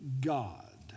God